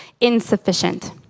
insufficient